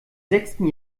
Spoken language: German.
sechsten